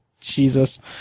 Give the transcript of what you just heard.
Jesus